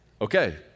okay